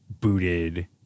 booted